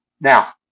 now